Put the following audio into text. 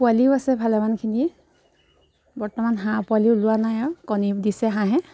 পোৱালিও আছে ভালেমানখিনিয়ে বৰ্তমান হাঁহ পোৱালি ওলোৱা নাই আৰু কণী দিছে হাঁহে